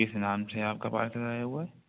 کس نام سے آپ کا پارسل آیا ہُوا ہے